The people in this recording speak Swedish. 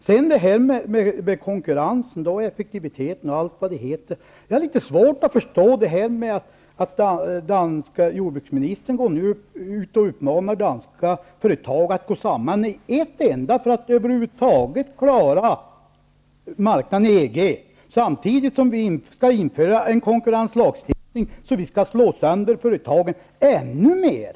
När det gäller detta med konkurrens, effektivitet och allt vad det heter, har jag litet svårt att förstå att den danska jordbruksministern nu går ut och uppmanar danska företag att gå samman i ett enda företag för att över huvud taget klara marknaden i EG, samtidigt som vi skall införa en konkurrenslagstiftning för att slå sönder företagen ännu mer.